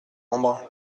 embrun